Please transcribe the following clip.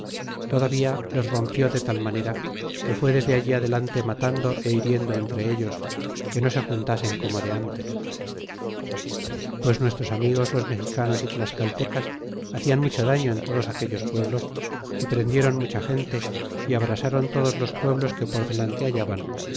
todavía les rompió de tal manera que fué desde allí adelante matando é hiriendo en ellos que no se juntasen como de ntes pues nuestros amigos los mexicanos y tlascaltecas hacían mucho daño en todos aquellos pueblos y prendieron mucha gente y abrasaron todos los pueblos que por delante hallaban